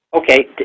Okay